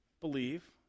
believe